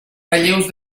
relleus